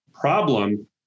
problem